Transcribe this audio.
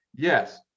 Yes